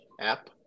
app